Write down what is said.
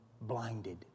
blinded